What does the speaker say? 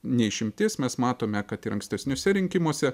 ne išimtis mes matome kad ir ankstesniuose rinkimuose